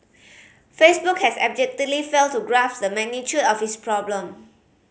Facebook has abjectly failed to grasp the magnitude of its problem